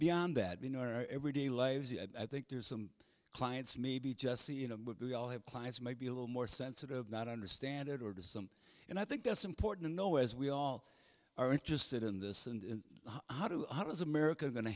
beyond that you know our everyday lives i think there's some clients maybe just see you know i'll have clients maybe a little more sensitive not understand it or to some and i think that's important to know as we all are interested in this and how do how does america going to